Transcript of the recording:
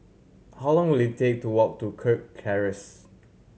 how long will it take to walk to Kirk Terrace